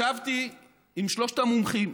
ישבתי עם שלושת המומחים: